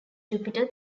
jupiter